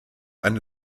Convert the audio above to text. ein